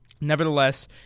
nevertheless